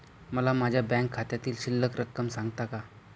मला माझ्या बँक खात्यातील शिल्लक रक्कम सांगता का?